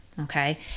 okay